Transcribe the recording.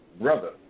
Brother